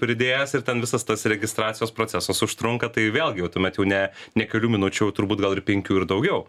pridėjęs ir ten visas tas registracijos procesas užtrunka tai vėlgi jau tuomet jau ne ne kelių minučių o turbūt gal ir penkių ir daugiau